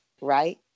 right